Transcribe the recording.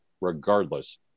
regardless